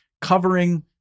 covering